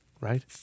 Right